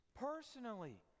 personally